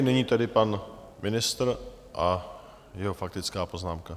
Nyní tedy pan ministr a jeho faktická poznámka.